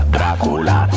Dracula